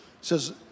says